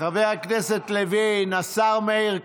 חבר הכנסת לוין, השר מאיר כהן,